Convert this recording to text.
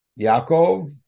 Yaakov